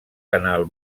canal